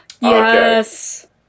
yes